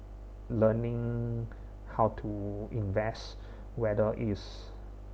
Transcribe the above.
learning how to invest whether is